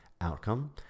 outcome